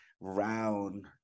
round